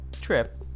trip